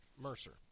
Mercer